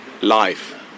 life